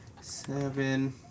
seven